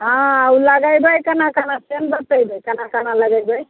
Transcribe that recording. हँ ओ लगैबै केना केना से ने बतैबै केना केना लगैबै